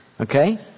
Okay